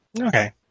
Okay